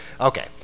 Okay